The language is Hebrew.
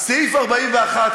סעיף 41,